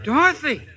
Dorothy